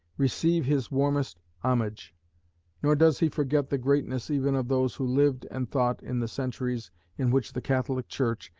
receive his warmest homage nor does he forget the greatness even of those who lived and thought in the centuries in which the catholic church,